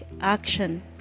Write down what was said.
action